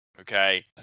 okay